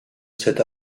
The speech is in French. s’est